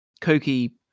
Cokie